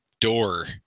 door